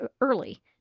early